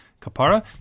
kapara